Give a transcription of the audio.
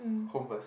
home first